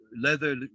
leather